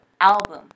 album